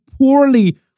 poorly